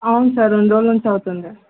అవును సార్ రెండు రోజులు నుంచి అవుతుంది